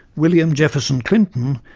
william jefferson clinton,